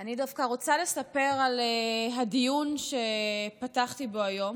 אני דווקא רוצה לספר על הדיון שפתחתי בו היום